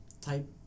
type